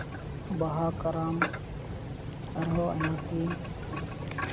ᱵᱟᱦᱟ ᱠᱟᱨᱟᱢ ᱟᱨᱦᱚᱸ ᱟᱭᱢᱟ ᱠᱚᱜᱮ